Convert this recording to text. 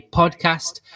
podcast